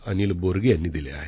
अनिल बोरगे यांनी दिले आहेत